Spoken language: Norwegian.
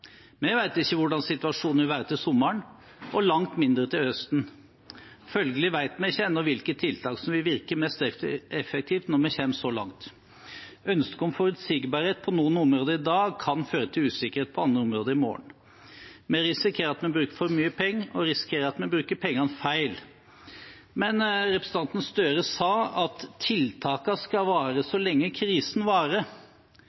Vi vet ikke hvordan situasjonen vil være til sommeren, og langt mindre til høsten. Følgelig vet vi ikke ennå hvilke tiltak som vil virke mest effektivt når vi kommer så langt. Ønsket om forutsigbarhet på noen områder i dag kan føre til usikkerhet på andre områder i morgen. Vi risikerer at vi bruker for mye penger, og risikerer at vi bruker pengene feil. Representanten Gahr Støre sa at tiltakene skal vare